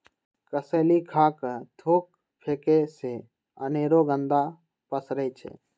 कसेलि खा कऽ थूक फेके से अनेरो गंदा पसरै छै